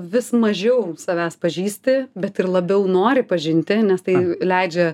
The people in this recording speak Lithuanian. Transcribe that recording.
vis mažiau savęs pažįsti bet ir labiau nori pažinti nes tai leidžia